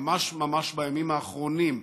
ממש ממש בימים האחרונים,